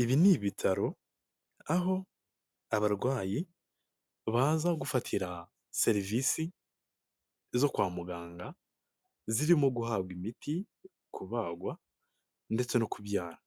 Ibi ni ibitaro aho abarwayi baza gufatira serivisi zo kwa muganga zirimo guhabwa imiti kubagwa ndetse no kubyara.